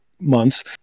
months